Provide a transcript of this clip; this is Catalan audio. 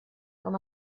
com